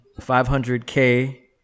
500K